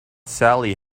sally